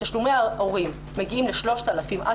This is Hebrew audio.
שתשלומי ההורים מגיעים ל-3,000 עד